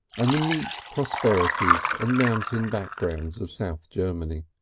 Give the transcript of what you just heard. and the neat prosperities and mountain backgrounds of south germany,